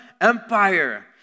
empire